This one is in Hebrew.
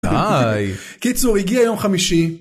קיצור הגיע יום חמישי.